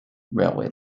railway